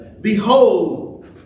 behold